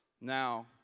Now